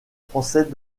français